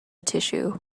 tissue